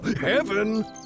heaven